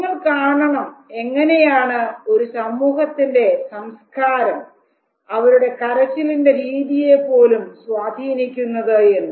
നിങ്ങൾ കാണണം എങ്ങനെയാണ് ഒരു സമൂഹത്തിൻറെ സംസ്കാരം അവരുടെ കരച്ചിലിന്റെ രീതിയെ പോലും സ്വാധീനിക്കുന്നത് എന്ന്